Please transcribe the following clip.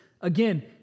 Again